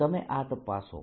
તમે આ તપાસો